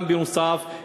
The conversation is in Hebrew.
בנוסף,